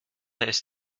ist